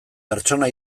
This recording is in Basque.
pertsona